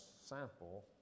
sample